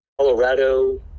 Colorado